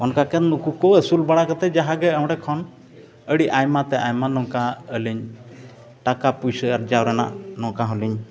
ᱚᱱᱠᱟ ᱜᱮ ᱱᱩᱠᱩ ᱠᱚ ᱟᱹᱥᱩᱞ ᱵᱟᱲᱟ ᱠᱟᱛᱮᱫ ᱡᱟᱦᱟᱸ ᱜᱮ ᱚᱸᱰᱮ ᱠᱷᱚᱱ ᱟᱹᱰᱤ ᱟᱭᱢᱟ ᱛᱮ ᱟᱭᱢᱟ ᱱᱚᱝᱠᱟ ᱟᱹᱞᱤᱧ ᱴᱟᱠᱟ ᱯᱩᱭᱥᱟᱹ ᱟᱨᱡᱟᱣ ᱨᱮᱱᱟᱜ ᱱᱚᱝᱠᱟ ᱦᱚᱸᱞᱤᱧ